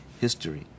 History